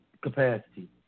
capacity